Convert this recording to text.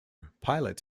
pilots